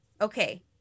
Okay